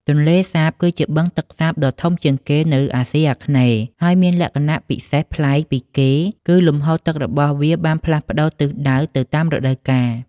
ទន្លេសាប គឺជាបឹងទឹកសាបដ៏ធំជាងគេនៅអាស៊ីអាគ្នេយ៍ ហើយមានលក្ខណៈពិសេសប្លែកពីគេគឺលំហូរទឹករបស់វាបានផ្លាស់ប្ដូរទិសដៅទៅតាមរដូវកាល។